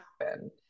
happen